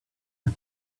said